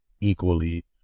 equally